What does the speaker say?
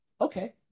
Okay